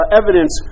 evidence